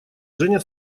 женя